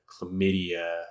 chlamydia